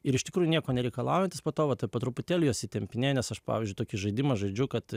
ir iš tikrųjų nieko nereikalaujantis po to vat po truputėlį juos įtempinėju nes aš pavyzdžiui tokį žaidimą žaidžiu kad